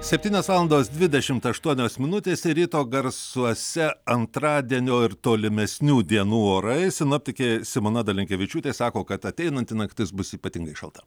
septynios valandos dvidešimt aštuonios minutės ryto garsuose antradienio ir tolimesnių dienų orai sinoptikė simona dalinkevičiūtė sako kad ateinanti naktis bus ypatingai šalta